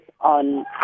on